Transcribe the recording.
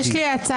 יש לי הצעה.